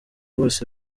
bose